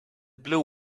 blue